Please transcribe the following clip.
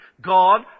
God